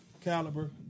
Caliber